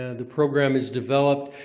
ah the program is developed,